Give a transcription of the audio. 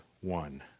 one